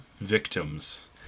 victims